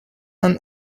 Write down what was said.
and